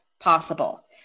possible